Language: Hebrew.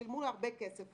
שילמו למאל"ו הרבה כסף,